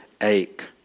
ache